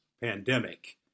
pandemic